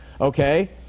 okay